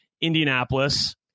Indianapolis